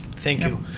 thank you.